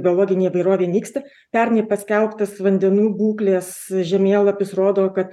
biologinė įvairovė nyksta pernai paskelbtas vandenų būklės žemėlapis rodo kad